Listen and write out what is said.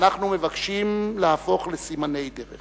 שאנחנו מבקשים להפוך ל"סימני דרך"